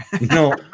No